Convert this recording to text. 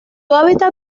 hábitat